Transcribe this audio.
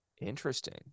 Interesting